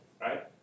right